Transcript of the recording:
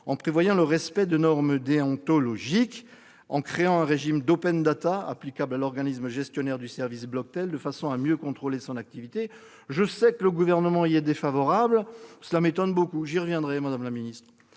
en prévoyant le respect de normes déontologiques, et en créant un régime de données ouvertes, ou, applicable à l'organisme gestionnaire du service Bloctel, de façon à mieux contrôler son activité. Je sais que le Gouvernement y est défavorable ; cela m'étonne beaucoup. Nous y reviendrons, madame la secrétaire